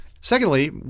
Secondly